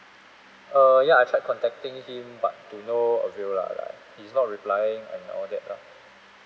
err ya I tried contacting him but to no avail lah like he's not replying and all that lah